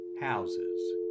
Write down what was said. houses